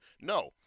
no